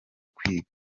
kwiga